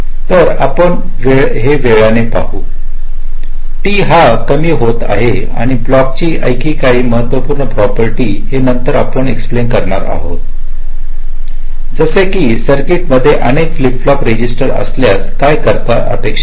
तर हे आपण वेळाने पाहू T का कमी होत आहे आणि ब्लॉकची आणखी एक महत्त्वाची प्रॉपर्टी हे नंतर आपण एक्स्प्लेन करणार आहे जसे की सर्किट मध्ये अनेक फ्लिप फ्लॉप रजिस्टर असल्यास काय करणे अपेक्षत आहे